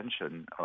attention